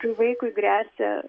kai vaikui gresia